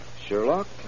Sherlock